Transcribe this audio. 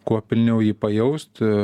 kuo pilniau jį pajausti